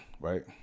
Right